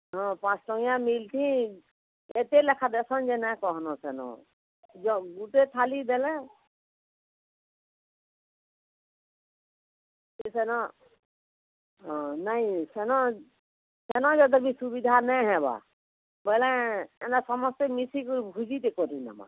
ହଁ ପାଞ୍ଚ ଟଙ୍କିଆ ମିଲ ଥି କେତେ ଲେଖା ଦେସନ ଯେ ନାଇଁ କହନ ସେନ ଜ ଗୁଟେ ଥାଲି ଦେଲେ କି ସେନ ନାଇଁ ସେନ ସେନ ଯେତେ ବି ସୁବିଧା ନାଇଁ ହେବା ବୋଇଲେ ଏନ୍ତା ସମସ୍ତେ ମିଶିକରି ଭୁଜିଟେ କରିନମା